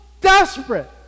desperate